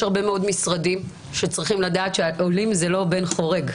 יש הרבה מאוד משרדים שצריכים לדעת שעולים הם לא בן חורג,